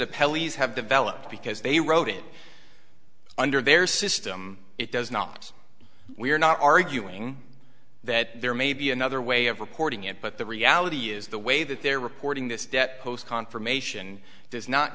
pelleas have developed because they wrote it under their system it does not we're not arguing that there may be another way of reporting it but the reality is the way that they're reporting this debt post confirmation does not